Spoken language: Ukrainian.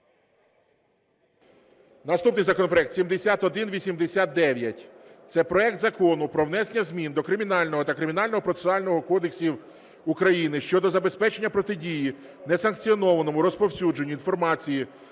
Наступний законопроект 7189. Це проект Закону про внесення змін до Кримінального та Кримінального процесуального кодексів України щодо забезпечення протидії несанкціонованому розповсюдженню інформації